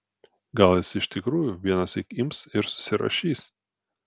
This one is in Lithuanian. gal jis iš tikrųjų vienąsyk ims ir susirašys